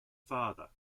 father